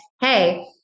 hey